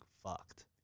fucked